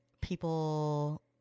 people